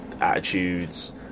attitudes